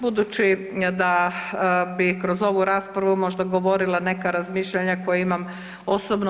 Budući da bi kroz ovu raspravu možda govorila neka razmišljanja koja imam osobno.